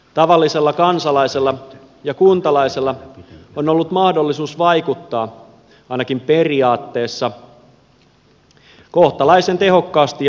tavallisella kansalaisella ja kuntalaisella on ollut mahdollisuus vaikuttaa ainakin periaatteessa kohtalaisen tehokkaasti ja suoraan